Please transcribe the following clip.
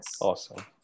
Awesome